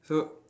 so